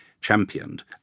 championed